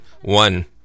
one